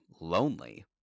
lonely